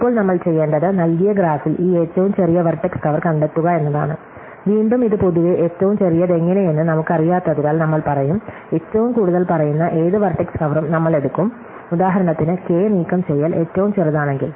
ഇപ്പോൾ നമ്മൾ ചെയ്യേണ്ടത് നൽകിയ ഗ്രാഫിൽ ഈ ഏറ്റവും ചെറിയ വെർട്ടെക്സ് കവർ കണ്ടെത്തുക എന്നതാണ് വീണ്ടും ഇത് പൊതുവെ ഏറ്റവും ചെറിയതെങ്ങനെയെന്ന് നമുക്കറിയാത്തതിനാൽ നമ്മൾ പറയും ഏറ്റവും കൂടുതൽ പറയുന്ന ഏത് വെർട്ടെക്സ് കവറും നമ്മൾ എടുക്കും ഉദാഹരണത്തിന് കെ നീക്കംചെയ്യൽ ഏറ്റവും ചെറുതാണെങ്കിൽ